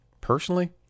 Personally